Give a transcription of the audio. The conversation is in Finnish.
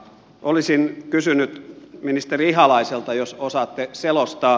olisin kysynyt ministeri ihalaiselta jos osaatte selostaa